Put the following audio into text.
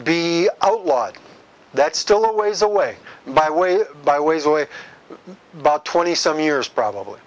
be outlawed that's still a ways away by way by ways away bout twenty some years probably